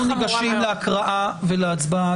טוב, מכובדיי, אנחנו ניגשים להקראה ולהצבעה.